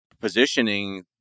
positioning